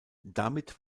damit